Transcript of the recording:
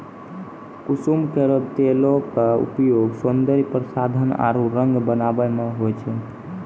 कुसुम केरो तेलो क उपयोग सौंदर्य प्रसाधन आरु रंग बनावै म होय छै